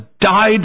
died